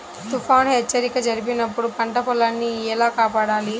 తుఫాను హెచ్చరిక జరిపినప్పుడు పంట పొలాన్ని ఎలా కాపాడాలి?